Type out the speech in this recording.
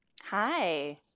Hi